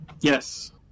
Yes